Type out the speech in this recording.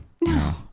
No